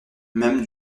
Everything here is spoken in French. même